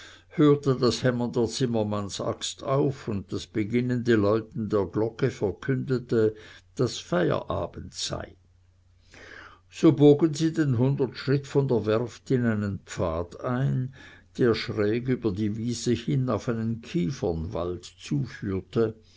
hörte das hämmern der zimmermannsaxt auf und das beginnende läuten der glocke verkündete daß feierabend sei so bogen sie denn hundert schritt von der werft in einen pfad ein der schräg über die wiese hin auf einen kiefernwald zuführte